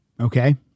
Okay